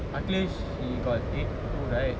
ah kim she got A two right